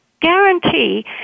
guarantee